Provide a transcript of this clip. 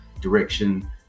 direction